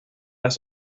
las